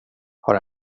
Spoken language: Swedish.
har